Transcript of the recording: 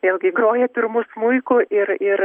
vėlgi groja pirmu smuiku ir ir